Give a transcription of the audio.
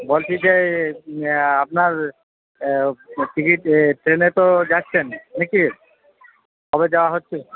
বলছি যে আপনার টিকিট এ ট্রেনে তো যাচ্ছেন নাকি কবে যাওয়া হচ্ছে